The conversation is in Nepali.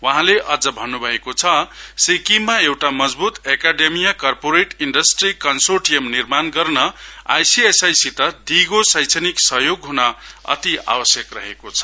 वहाँले अझ भन्नु भएको छ कि सिक्किममा एउटा मजबूत एकाडमिया कार्पोरेट इन्डस्ट्री कन्सोरटियम निर्माण गर्न आईसीएसआई सित दिगो शैक्षिणक सहयोग हुन अति आवश्यक छ